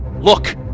Look